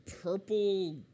purple